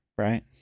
right